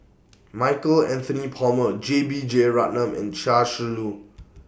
Michael Anthony Palmer J B Jeyaretnam and Chia Shi Lu